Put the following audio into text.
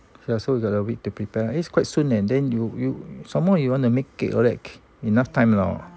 ya so we got a week to prepare eh it's quite soon eh then you you some more you wanna make cake all that enough time or not